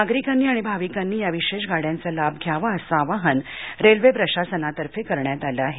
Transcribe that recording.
नागरिकांनी आणि भाविकांना या विशेष गाड्यांचा लाभ घ्यावा असं आवाहन रेल्वे प्रशासनातर्फे करण्यात आलं आहे